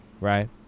Right